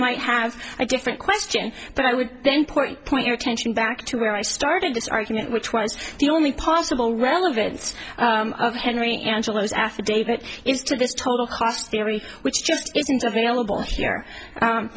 might have a different question but i would then point point your attention back to where i started this argument which was the only possible relevance of henry angelos affidavit is to this total chaos theory which just